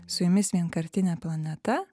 su jumis vienkartinė planeta